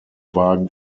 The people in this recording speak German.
wagen